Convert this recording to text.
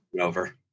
over